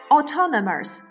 Autonomous